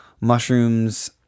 mushrooms